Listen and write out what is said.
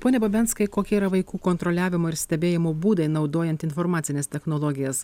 pone babenskai kokie yra vaikų kontroliavimo ir stebėjimo būdai naudojant informacines technologijas